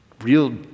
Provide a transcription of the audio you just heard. real